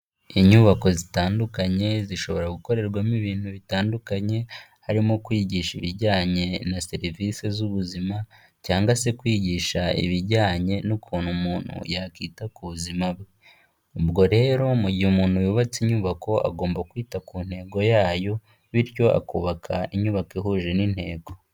Inyubako zitandukanye zishobora gukorerwamo ibintu bitandukanye, harimo kwigisha ibijyanye na serivisi z'ubuzima cyangwa se kwigisha ibijyanye n'ukuntu umuntu yakwita ku buzima bwe. Ubwo rero mu gihe umuntu yubatse inyubako agomba kwita ku ntego yayo bityo akubaka inyubako ihuje n'intego.